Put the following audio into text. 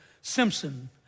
Simpson